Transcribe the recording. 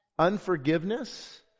Unforgiveness